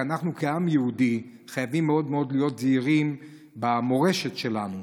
כי אנחנו כעם יהודי חייבים מאוד מאוד להיות זהירים במורשת שלנו,